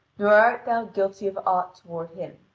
nor art thou guilty of aught toward him.